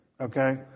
Okay